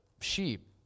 sheep